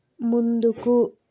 ముందుకు